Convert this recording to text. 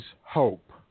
hope